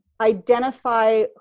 identify